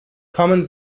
kommen